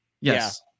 Yes